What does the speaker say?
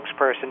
spokesperson